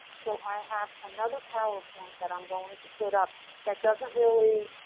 so i have another power point that i'm going to put up that doesn't really.